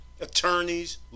attorneys